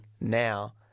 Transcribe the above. now